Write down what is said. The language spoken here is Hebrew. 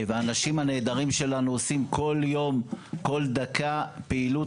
והאנשים הנהדרים שלנו עושים כל יום כל דקה פעילות